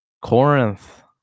corinth